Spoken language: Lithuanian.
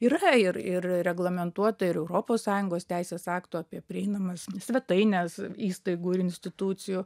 yra ir ir reglamentuota ir europos sąjungos teisės aktų apie prieinamas svetaines įstaigų ir institucijų